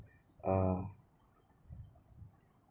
uh